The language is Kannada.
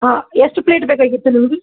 ಹಾಂ ಎಷ್ಟು ಪ್ಲೇಟ್ ಬೇಕಾಗಿತ್ತು ನಿಮ್ಗೆ